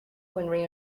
when